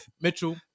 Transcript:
Mitchell